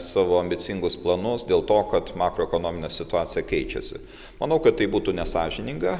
savo ambicingus planus dėl to kad makroekonominė situacija keičiasi manau kad tai būtų nesąžininga